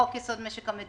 חוק יסוד: משק המדינה,